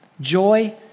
Joy